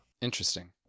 Interesting